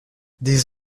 des